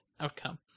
outcome